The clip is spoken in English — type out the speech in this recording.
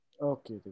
Okay